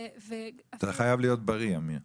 אמיר, אתה חייב להיות בריא.